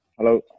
Hello